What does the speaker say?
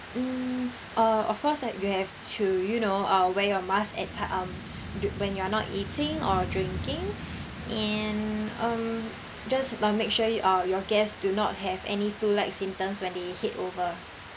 mm uh of course like you have to you know uh wear your mask at t~ um y~ when you're not eating or drinking and um just m~ make sure you uh your guests do not have any flu like symptoms when they head over